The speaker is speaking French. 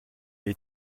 est